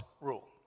rule